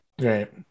Right